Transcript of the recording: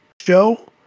show